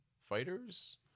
fighters